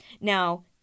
Now